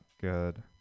good